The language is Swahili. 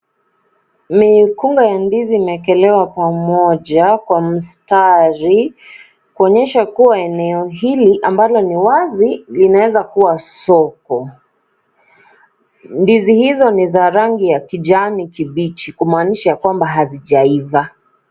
Mikunga ya ndizi imeekelewa pamoja kwa mstari kuonyesha kuwa eneo hili ambalo ni wazi linaweza kuwa soko. Ndizi hizo ni za rangi kijani kibichi kumaanisha kwamba hazijaiva.